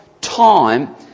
time